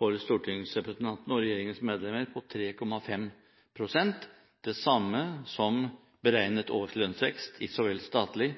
for stortingsrepresentantene og regjeringens medlemmer på 3,5 pst. Det er det samme som beregnet årslønnsvekst i så vel statlig